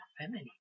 feminine